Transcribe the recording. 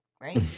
right